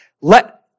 Let